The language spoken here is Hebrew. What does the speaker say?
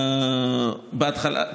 בהתחלה,